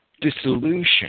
dissolution